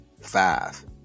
five